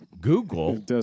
Google